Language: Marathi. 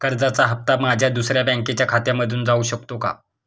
कर्जाचा हप्ता माझ्या दुसऱ्या बँकेच्या खात्यामधून जाऊ शकतो का?